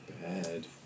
Bad